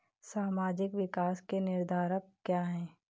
सामाजिक विकास के निर्धारक क्या है?